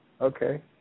Okay